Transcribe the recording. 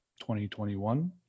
2021